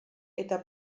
eta